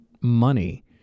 money